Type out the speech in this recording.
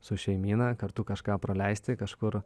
su šeimyna kartu kažką praleisti kažkur